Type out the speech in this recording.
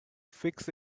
fix